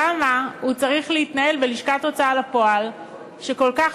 למה הוא צריך להתנהל בלשכת הוצאה לפועל שכל כך